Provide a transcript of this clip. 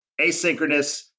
asynchronous